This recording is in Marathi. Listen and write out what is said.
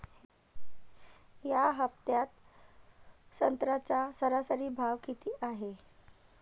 या हफ्त्यात संत्र्याचा सरासरी भाव किती हाये?